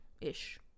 ish